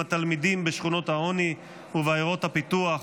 התלמידים בשכונות העוני ובעיירות הפיתוח,